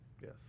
Yes